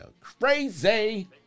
crazy